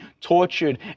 tortured